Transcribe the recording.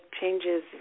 changes